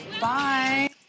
Bye